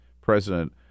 president